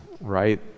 right